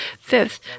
Fifth